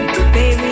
Baby